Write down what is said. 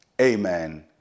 amen